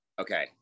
Okay